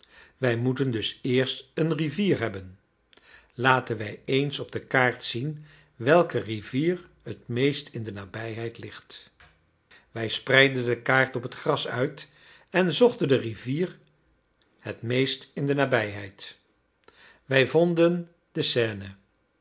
wij moeten dus eerst een rivier hebben laten wij eens op de kaart zien welke rivier het meest in de nabijheid ligt wij spreidden de kaart op het gras uit en zochten de rivier het meest in de nabijheid wij vonden de seine